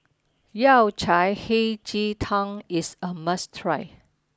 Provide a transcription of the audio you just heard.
Yao Cai Hei Ji Tang is a must try